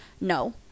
no